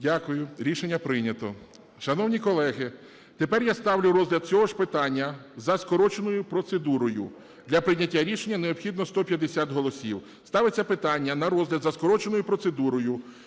Дякую. Рішення прийнято. Шановні колеги, тепер я ставлю розгляд цього ж питання за скороченою процедурою. Для прийняття рішення необхідно 150 голосів. Ставиться питання на розгляд за скороченою процедурою